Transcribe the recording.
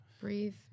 Breathe